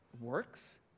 works